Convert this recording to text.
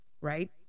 right